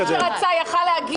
מי שרצה יכול היה להגיע.